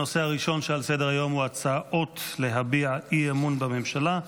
הנושא הראשון על סדר-היום הוא הצעות להביע אי-אמון בממשלה.